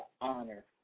honor